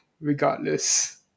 regardless